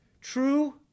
True